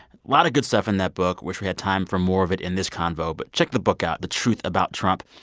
lot of good stuff in that book, wish we had time for more of it in this convo, but check the book out the truth about trump.